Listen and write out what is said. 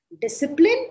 Discipline